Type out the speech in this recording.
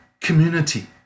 community